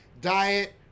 diet